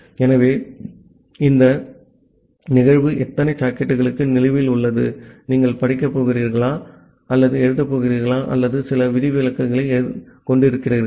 ஆகவே அந்த நிகழ்வு எத்தனை சாக்கெட்டுகளுக்கு நிலுவையில் உள்ளது நீங்கள் படிக்கப் போகிறீர்களா அல்லது எழுதப் போகிறீர்களா அல்லது சில விதிவிலக்குகளைக் கொண்டிருக்கிறீர்களா